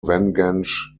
vengeance